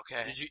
Okay